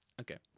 okay